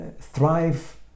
thrive